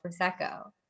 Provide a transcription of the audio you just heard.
Prosecco